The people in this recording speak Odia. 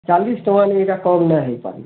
ଚାଲିଶ୍ ଟଙ୍କା ରୁ ଇ'ଟା କମ୍ ନାଇ ହେଇପାରେ